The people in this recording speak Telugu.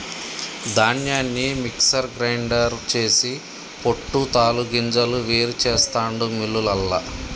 ధాన్యాన్ని మిక్సర్ గ్రైండర్ చేసి పొట్టు తాలు గింజలు వేరు చెస్తాండు మిల్లులల్ల